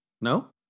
No